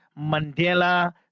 Mandela